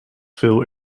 veel